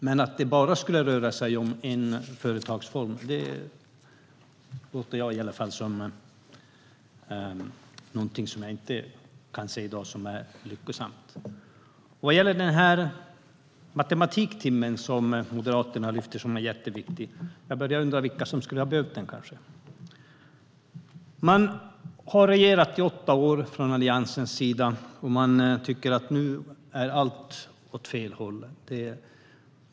Men att det bara skulle beröra en företagsform är någonting som i alla fall jag inte kan se som lyckosamt. Vad gäller matematiktimmen som Moderaterna lyfter fram som jätteviktig börjar jag undra vilka som skulle ha behövt den. Alliansen har regerat i åtta år och tycker att nu går allt åt fel håll.